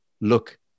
look